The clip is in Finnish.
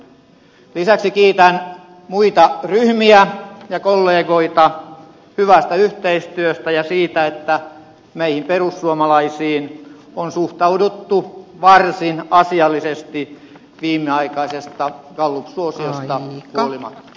lisäksi kiitän muita ryhmiä ja kollegoita hyvästä yhteistyöstä ja siitä että meihin perussuomalaisiin on suhtauduttu varsin asiallisesti viimeaikaisesta gallup suosiosta huolimatta